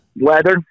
Weather